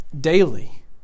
daily